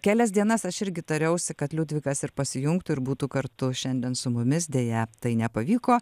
kelias dienas aš irgi tariausi kad liudvikas ir pasijungtų ir būtų kartu šiandien su mumis deja tai nepavyko